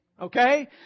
Okay